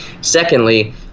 Secondly